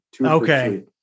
Okay